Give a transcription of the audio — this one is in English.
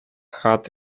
had